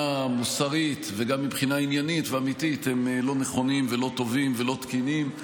מוסרית וגם מבחינה עניינית ואמיתית הם לא נכונים ולא טובים ולא תקינים.